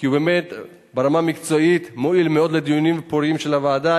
כי הוא באמת ברמה המקצועית מועיל מאוד לדיונים הפוריים של הוועדה.